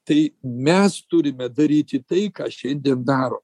tai mes turime daryti tai ką šiandien daro